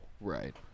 Right